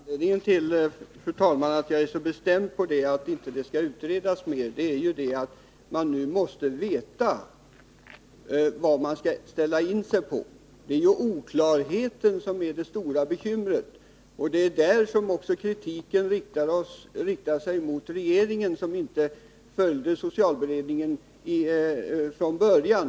Fru talman! Anledningen till att jag är så bestämd på den punkten att ingen ytterligare utredning behövs är att man nu måste veta vad man skall ställa in sig på. Det är oklarheten som är det största bekymret. Det är också i det avseendet som kritik riktats mot regeringen för att den inte följde socialberedningens förslag från början.